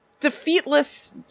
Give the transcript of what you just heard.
defeatless